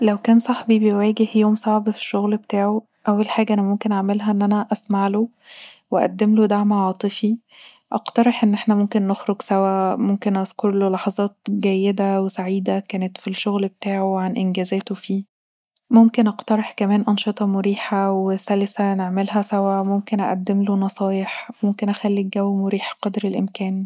لو كان صاحبي بيواجه يوم صعب في الشغل بتاعه اول حاجه انا ممكن اعملها اني اسمعله او اقدمله دعم عاطفي، اقترح ان احنا ممكن نخرج سوا، ممكن اذكرله لحظات كانت جيده وسعيده كانت في الشغل بتاعه وعن انجازاته فيه ممكن اقترح كمان انشطه مريحه وسلسله نعملها سوا، ممكن اقدمله نصايح، ممكن اخلي الجو مريح قدر الامكان